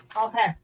Okay